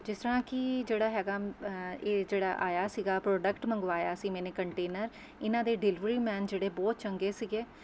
ਜਿਸ ਤਰ੍ਹਾਂ ਕਿ ਜਿਹੜਾ ਹੈਗਾ ਇਹ ਜਿਹੜਾ ਆਇਆ ਸੀਗਾ ਪ੍ਰੋਡਕਟ ਮੰਗਵਾਇਆ ਸੀ ਮੈਨੇ ਕੰਟੇਨਰ ਇਹਨਾਂ ਦੇ ਡਿਲੀਵਰੀ ਮੈਨ ਜਿਹੜੇ ਬਹੁਤ ਚੰਗੇ ਸੀਗੇ